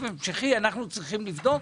אנחנו צריכים לבדוק